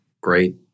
great